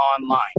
online